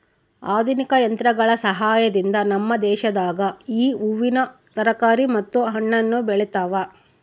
ಆಧುನಿಕ ತಂತ್ರಗಳ ಸಹಾಯದಿಂದ ನಮ್ಮ ದೇಶದಾಗ ಈ ಹೂವಿನ ತರಕಾರಿ ಮತ್ತು ಹಣ್ಣನ್ನು ಬೆಳೆತವ